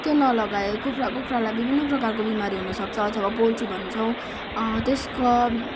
त्यो नलगाए कुखुरा कुखुरालाई विभिन्न प्रकारको बिमारी हुन सक्छ अथवा पोल्ट्री भन्छौँ त्यसको